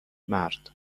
مرد